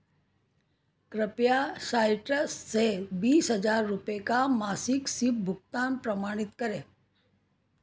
कृपया साइट्रस से बीस हज़ार रुपये का मासिक सिप भुगतान प्रमाणित करें